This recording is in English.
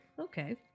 Okay